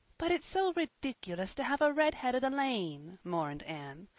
but it's so ridiculous to have a redheaded elaine, mourned anne.